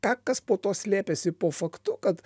tą kas po to slėpėsi po faktu kad